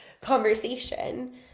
conversation